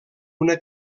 una